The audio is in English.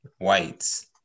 whites